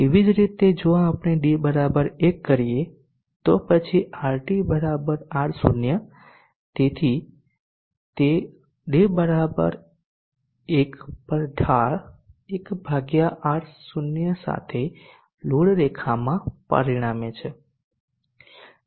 તેવી જ રીતે જો આપણે d 1 કરીએ તો પછી RT R0 તેથી તે d 1 પર ઢાળ 1 R0 સાથે લોડ રેખામાં પરિણમે છે